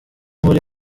muri